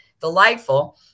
delightful